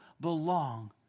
belong